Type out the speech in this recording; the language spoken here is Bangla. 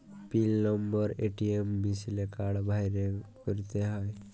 পিল লম্বর এ.টি.এম মিশিলে কাড় ভ্যইরে ক্যইরতে হ্যয়